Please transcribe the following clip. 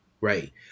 Right